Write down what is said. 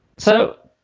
so